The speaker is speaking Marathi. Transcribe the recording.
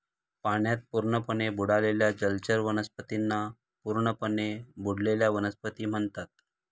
पाण्यात पूर्णपणे बुडालेल्या जलचर वनस्पतींना पूर्णपणे बुडलेल्या वनस्पती म्हणतात